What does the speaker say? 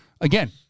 again